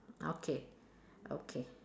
okay okay